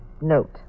note